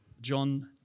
John